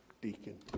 deacon